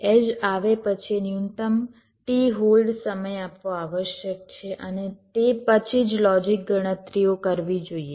edge આવે પછી ન્યૂનતમ t હોલ્ડ સમય આપવો આવશ્યક છે અને તે પછી જ લોજિક ગણતરીઓ કરવી જોઈએ